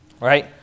right